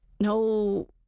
no